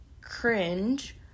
cringe